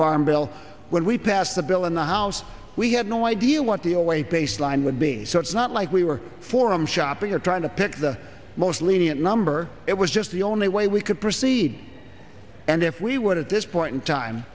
farm bill when we passed the bill in the house we had no idea what the ole baseline would be so it's not like we were forum shopping or trying to pick the most lenient number it was just the only way we could proceed and if we would at this point in time